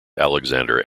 alexander